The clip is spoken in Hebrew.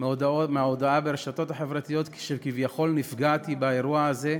מההודעה ברשתות החברתיות שכביכול נפגעתי באירוע הזה,